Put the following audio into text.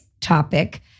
topic